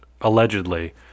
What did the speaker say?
allegedly